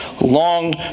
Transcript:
long